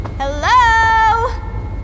Hello